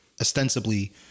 ostensibly